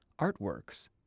Artworks